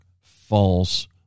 false